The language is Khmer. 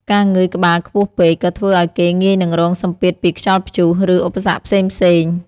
ការងើយក្បាលខ្ពស់ពេក ក៏ធ្វើឱ្យគេងាយនឹងរងសម្ពាធពីខ្យល់ព្យុះ ឬឧបសគ្គផ្សេងៗ។